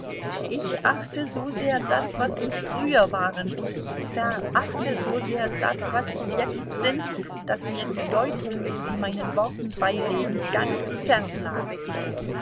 ich achte so sehr das was sie früher waren und ich verachte so sehr das was sie jetzt sind daß mir die deutung die sie meinen worten beilegen ganz fern lag